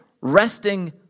resting